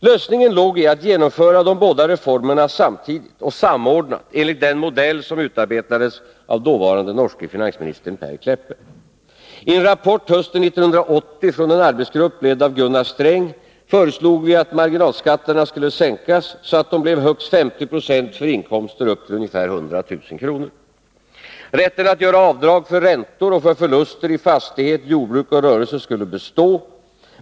Lösningen låg i att genomföra de båda reformerna samtidigt och samordnat enligt den modell som utarbetades av dåvarande norske finansministern Per Kleppe. I en rapport hösten 1980 från en arbetsgrupp, ledd av Gunnar Sträng, föreslog vi att marginalskatterna skulle sänkas så att de blev högst 50 26 för inkomster upp till ca 100 000 kr. Rätten att göra avdrag för räntor och för förluster i fastighet, jordbruk och rörelse skulle bestå.